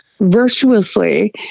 virtuously